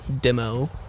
Demo